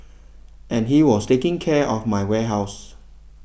and he was taking care of my warehouse